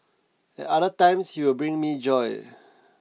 other times he will bring me joy